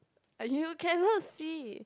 and you cannot see